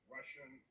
Russian